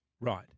Right